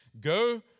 Go